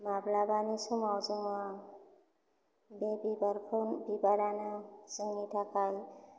माब्लाबानि समाव जोङो बे बिबारखौ बिबारानो जोंनि थाखाय